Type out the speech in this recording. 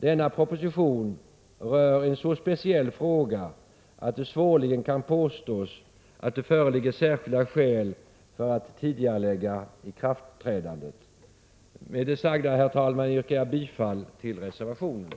Denna proposition rör en så speciell fråga att det svårligen kan påstås att det föreligger särskilda skäl för att tidigarelägga ikraftträdandet. Med det sagda, herr talman, yrkar jag bifall till reservationen.